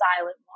silent